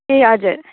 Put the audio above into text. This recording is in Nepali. ए हजुर